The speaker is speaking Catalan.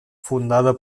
fundada